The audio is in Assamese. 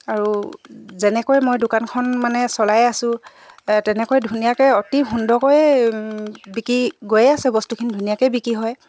আৰু যেনেকৈ মই দোকানখন মানে চলাই আছো তেনেকৈ ধুনীয়াকৈ অতি সুন্দৰকৈ বিকি গৈয়ে আছে বস্তুখিনি ধুনীয়াকৈয়ে বিকি হয়